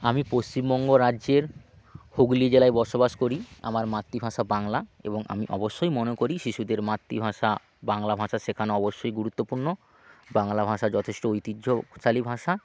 আমি পশ্চিমবঙ্গ রাজ্যের হুগলি জেলায় বসবাস করি আমার মাতৃভাষা বাংলা এবং আমি অবশ্যই মনে করি শিশুদের মাতৃভাষা বাংলা ভাষা শেখানো অবশ্যই গুরুত্বপূর্ণ বাংলা ভাষা যথেষ্ট ঐতিহ্যশালী ভাষা